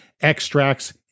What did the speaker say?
extracts